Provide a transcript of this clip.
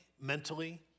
mentally